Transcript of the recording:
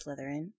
Slytherin